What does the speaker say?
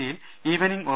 സിയിൽ evening O